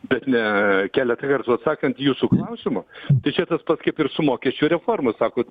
bet ne keletą kartų atsakant į jūsų klausimą tai čia tas pats kaip ir su mokesčių reforma sakot